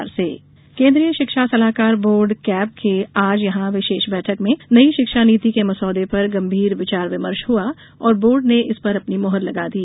शिक्षा नीति केंद्रीय शिक्षा सलाहकार बोर्ड केब की आज यहां विशेष बैठक में नयी शिक्षा नीति के मसौदे पर गंभीर विचार विमर्श हुआ और बोर्ड ने इस पर अपनी मुहर लगा दी